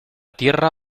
tierra